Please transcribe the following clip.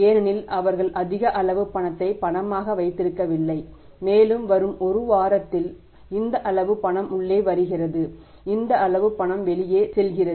ஏனெனில் அவர்கள் அதிக அளவு பணத்தை பணமாக வைத்திருக்கவில்லை மேலும் வரும் 1 வாரத்தில் இந்த அளவுக்கு பணம் உள்ளே வருகிறது இந்த அளவுக்கு பணம் வெளியேறுகிறது